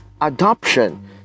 Adoption